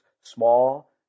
small